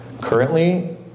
currently